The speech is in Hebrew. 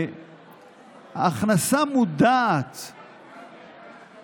שמעניין אותי הוא שהתקשורת מלווה את זה